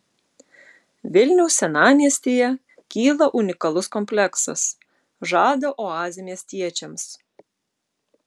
vilniaus senamiestyje kyla unikalus kompleksas žada oazę miestiečiams